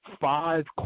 five